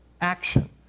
action